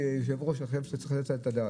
כיושב ראש אני חושב שאתה צריך לתת על זה את הדעת.